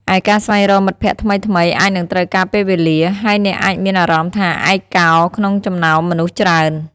ឯការស្វែងរកមិត្តភក្តិថ្មីៗអាចនឹងត្រូវការពេលវេលា ហើយអ្នកអាចមានអារម្មណ៍ថាឯកកោក្នុងចំណោមមនុស្សច្រើន។